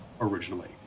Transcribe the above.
originally